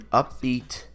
upbeat